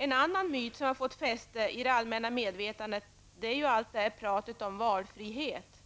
En annan myt som fått fäste i det allmänna medvetandet är talet om valfrihet.